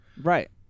right